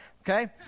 okay